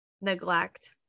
Neglect